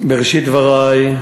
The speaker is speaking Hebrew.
בראשית דברי,